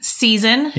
season